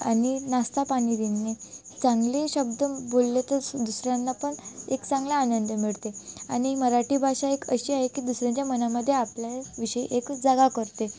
आणि नाश्ता पाणी देणे चांगले शब्द बोललं तर दुसऱ्यांना पण एक चांगला आनंद मिळते आणि मराठी भाषा एक अशी आहे की दुसऱ्यांच्या मनामध्ये आपल्याविषयी एक जागा करते